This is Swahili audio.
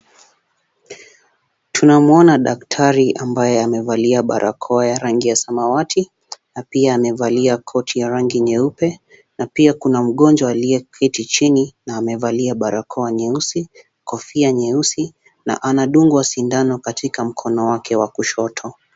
Tunamuona daktari ambaye amevalia barakoa ya rangi ya samawati na pia amevalia koti ya rangi nyeupe na pia kuna mgonjwa aliyeketi chini na amevalia barakoa nyeusi, kofia nyeusi na anadungwa shindano katika mkono wake wa kushoto.